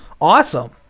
awesome